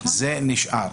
כל הדברים האלה נשארים.